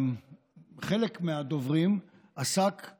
חלק מהדוברים עסקו